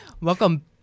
welcome